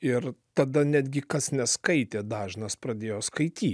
ir tada netgi kas neskaitė dažnas pradėjo skaityt